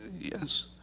Yes